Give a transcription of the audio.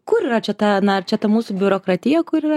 kur yra čia ta na ar čia ta mūsų biurokratija kur yra